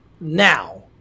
now